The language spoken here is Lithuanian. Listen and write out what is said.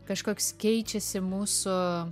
kažkoks keičiasi mūsų